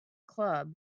club